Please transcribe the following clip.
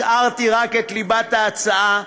השארתי רק את ליבת ההצעה,